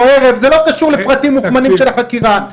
ערב זה לא קשור לפרטים מוכמנים של החקירה,